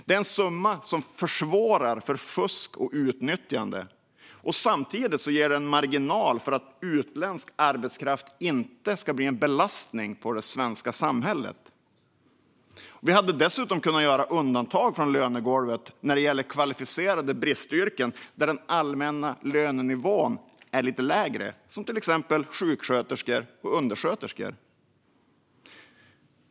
Det är en summa som försvårar fusk och utnyttjande och samtidigt ger en marginal så att utländsk arbetskraft inte blir en belastning för det svenska samhället. Vi hade dessutom kunnat göra undantag från lönegolvet när det gäller kvalificerade bristyrken där den allmänna lönenivån är lite lägre, till exempel sjuksköterskor och undersköterskor.